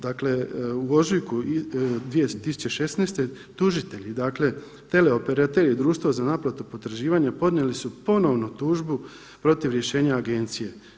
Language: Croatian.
Dakle u ožujku 2016. tužitelji, dakle teleoperater i društvo za naplatu potraživanja podnijeli su ponovno tužbu protiv rješenja agencije.